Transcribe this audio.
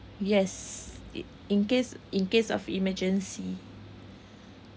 yes it in case in case of emergency